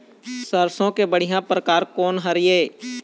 सरसों के बढ़िया परकार कोन हर ये?